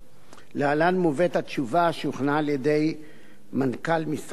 להלן מובאת התשובה שהוכנה על-ידי מנכ"ל משרד התחבורה.